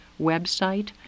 website